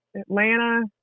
Atlanta